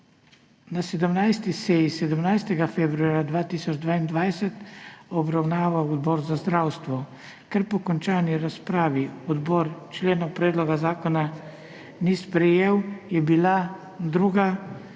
na 17. seji 17. februarja 2022 obravnaval Odbor za zdravstvo. Ker po končani razpravi odbor členov predloga zakona ni sprejel, je bila druga